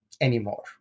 anymore